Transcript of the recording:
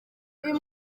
uyu